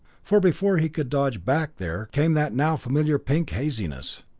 for before he could dodge back there came that now-familiar pink haziness.